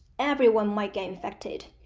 everyone might get infected.